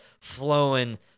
flowing